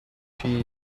she